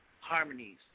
harmonies